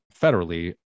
federally